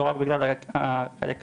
לא רק בגלל החלק הפיזי,